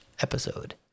episode